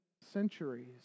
centuries